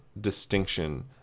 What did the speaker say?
distinction